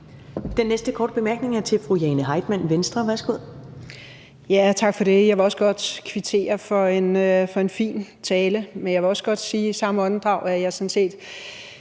Den næste korte bemærkning er til fru Jane Heitmann, Venstre. Værsgo. Kl. 10:35 Jane Heitmann (V): Tak for det. Jeg vil også godt kvittere for en fin tale, men jeg vil i samme åndedrag også godt sige, at jeg sådan set